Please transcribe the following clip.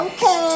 Okay